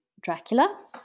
Dracula